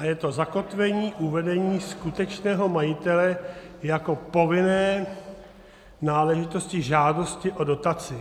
Je to zakotvení uvedení skutečného majitele jako povinné náležitosti žádosti o dotaci.